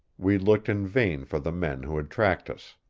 we looked in vain for the men who had tracked us.